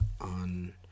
on